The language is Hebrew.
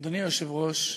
אדוני היושב-ראש,